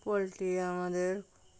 poultry আমাদের